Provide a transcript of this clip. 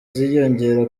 ziyongera